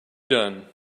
done